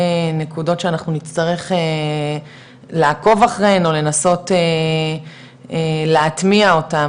נקודות שאנחנו נצטרך לעקוב אחריהן או לנסות להטמיע אותם